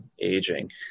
aging